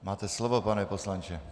Máte slovo, pane poslanče.